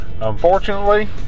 unfortunately